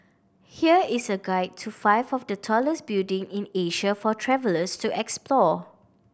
here is a guide to five of the tallest building in Asia for travellers to explore